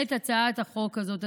את הצעת החוק הזאת,